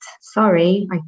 Sorry